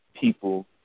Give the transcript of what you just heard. people